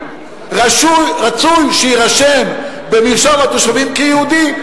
רצוי שיירשם במרשם התושבים כיהודי.